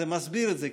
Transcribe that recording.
זה מסביר את זה,